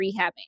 rehabbing